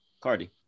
Cardi